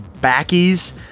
Backies